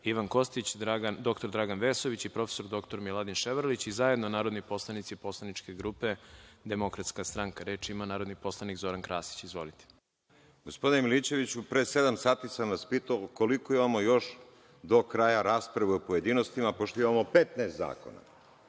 Ivan Kostić, dr Dragan Vesović i prof. dr Miladin Ševarlić i zajedno narodni poslanici poslaničke grupe Demokratska stranka. Reč ima narodni poslanik Zoran Krasić. **Zoran Krasić** Gospodine Milićeviću, pre sedam sati sam vas pitao koliko ima još do kraja rasprave u pojedinostima, pošto imamo 15 zakona.